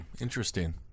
Interesting